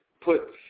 put